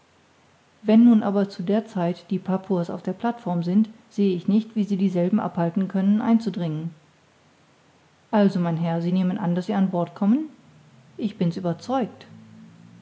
wenn nun aber zu der zeit die papuas auf der plateform sind sehe ich nicht wie sie dieselben abhalten können einzudringen also mein herr sie nehmen an daß sie an bord kommen ich bin's überzeugt